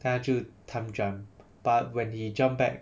他就 time jump but when he jumped back